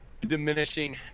diminishing